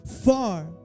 far